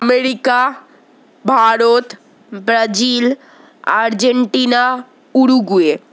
America Bharat Brazil Argentina Uruguay